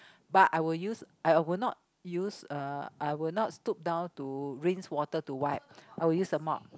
but I will use I will not use uh I would not stoop down to rinse water to wipe I will use the mop